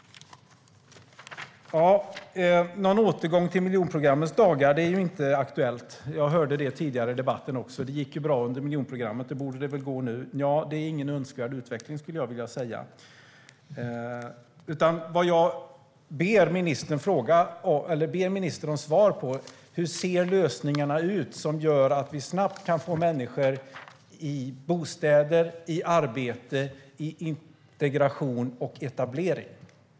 Någon återgång till miljonprogrammets dagar är inte aktuell. Jag hörde tidigare i debatten att det gick bra under miljonprogrammet och att det borde gå bra nu. Jag skulle vilja säga att det inte är någon önskvärd utveckling. Det som jag ber ministern om svar på är: Hur ser de lösningar ut som gör att vi snabbt kan få bostäder till människor, få människor i arbete och få dem att integreras och etableras?